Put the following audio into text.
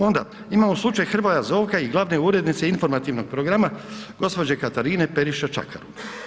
Ona imamo slučaj Hrvoja Zovka i glavne urednice Informativnog programa gospođe Katarine Periša Čakarun.